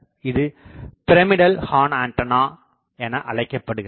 இது pyramidal horn antenna என அழைக்கப்படுகிறது